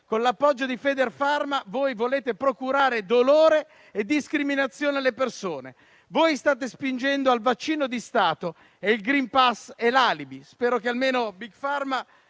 Con l'appoggio di Federfarma voi volete procurare dolore e discriminazione alle persone. Voi state spingendo al vaccino di Stato e il *green pass* è l'alibi. Spero che almeno Big Pharma